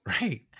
right